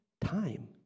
time